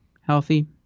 healthy